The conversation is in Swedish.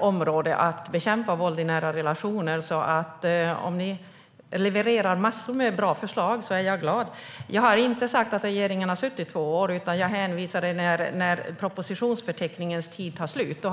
område att bekämpa, så jag är glad om ni levererar massor med bra förslag. Jag har inte sagt att regeringen har suttit i två år. Jag hänvisade till att det har gått två år när propositionsförteckningens tid tar slut.